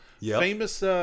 Famous